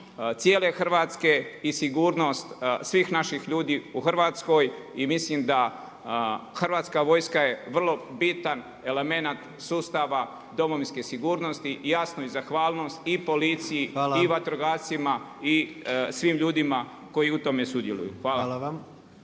cijele Hrvatske i sigurnost svih naših ljudi u Hrvatskoj. I mislim da Hrvatska vojska je vrlo bitan elemenat sustava domovinske sigurnosti jasno i zahvalnost i policiji i vatrogascima i svim ljudima koji u tome sudjeluju. Hvala.